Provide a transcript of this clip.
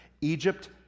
Egypt